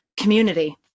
community